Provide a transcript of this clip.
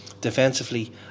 defensively